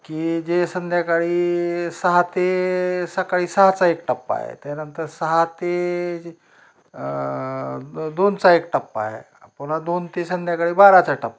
की जे संध्याकाळी सहा ते सकाळी सहाचा एक टप्पा आहे त्यानंतर सहा ते द दोनचा एक टप्पा आहे पुन्हा दोन ते संध्याकाळी बाराचा टप्पा